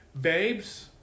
Babes